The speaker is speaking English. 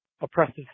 oppressive